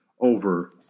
over